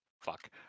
Fuck